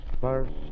first